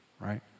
right